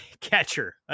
catcher